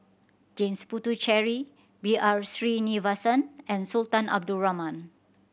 James Puthucheary B R Sreenivasan and Sultan Abdul Rahman